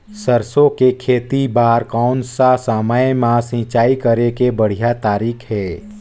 सरसो के खेती बार कोन सा समय मां सिंचाई करे के बढ़िया तारीक हे?